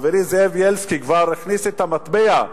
חברי זאב בילסקי כבר הכניס את המטבע.